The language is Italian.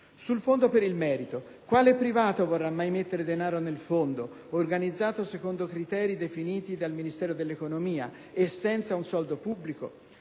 Sul Fondo per il merito: quale privato vorrà mai mettere denaro nel fondo, organizzato secondo criteri definiti dal Ministero dell'economia e senza un soldo pubblico?